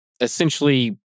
essentially